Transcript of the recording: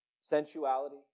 sensuality